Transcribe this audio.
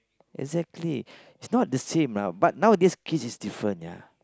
exactly it's not the same lah but nowadays kids is different ya